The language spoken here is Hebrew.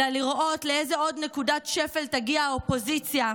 אלא לראות לאיזו עוד נקודת שפל תגיע האופוזיציה,